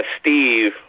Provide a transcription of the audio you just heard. Steve